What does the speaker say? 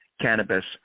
cannabis